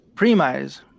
Premise